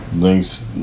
thanks